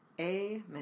Amen